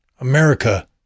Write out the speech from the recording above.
America